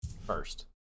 first